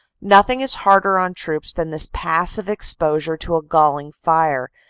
nothing is harder on troops than this passive exposure to a galling fire,